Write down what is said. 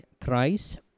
Christ